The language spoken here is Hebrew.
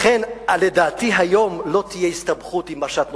לכן, לדעתי, היום לא תהיה הסתבכות עם משט נוסף,